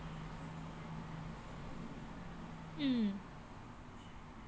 mm